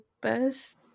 best